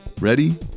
Ready